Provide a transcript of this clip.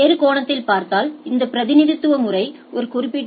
வேறு கோணத்தில் பார்த்தால் இந்த பிரதிநிதித்துவ முறை ஒரு குறிப்பிட்ட